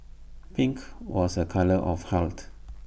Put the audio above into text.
pink was A colour of health